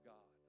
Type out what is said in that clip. God